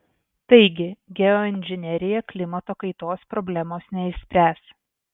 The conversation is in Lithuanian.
taigi geoinžinerija klimato kaitos problemos neišspręs